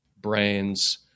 brands